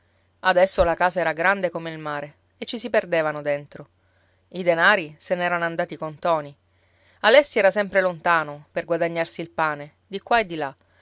adesso la casa era grande come il mare e ci si perdevano dentro i denari se n'erano andati con ntoni alessi era sempre lontano per guadagnarsi il pane di qua e di là